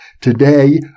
Today